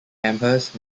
amherst